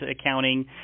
accounting